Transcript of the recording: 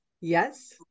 Yes